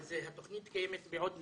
אבל התוכנית קיימת בעוד מקומות,